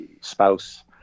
spouse